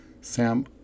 Sam